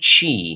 Chi